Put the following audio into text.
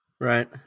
Right